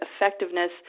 effectiveness